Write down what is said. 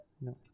No